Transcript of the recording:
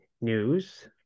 news